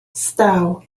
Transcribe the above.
stow